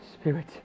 Spirit